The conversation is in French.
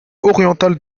orientale